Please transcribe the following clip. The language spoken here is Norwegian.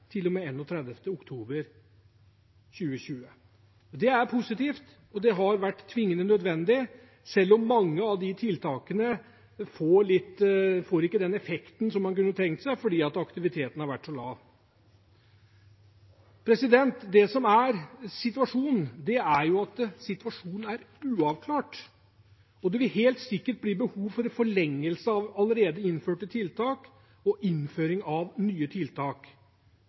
oktober 2020. Det er positivt, og det har vært tvingende nødvendig, selv om mange av de tiltakene ikke får den effekten som man kunne tenkt seg, fordi aktiviteten har vært så lav. Situasjonen er uavklart, og det vil helt sikkert bli behov for en forlengelse av allerede innførte tiltak og innføring av nye tiltak.